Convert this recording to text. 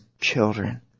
children